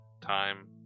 time